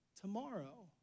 tomorrow